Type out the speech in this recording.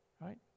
right